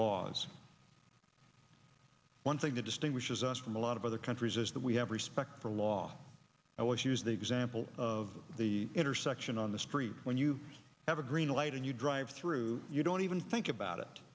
laws one thing that distinguishes us from a lot of other countries is that we have respect for law i always use the example of the intersection on the street when you have a green light and you drive through you don't even think about it